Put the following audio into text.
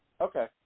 Okay